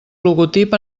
logotip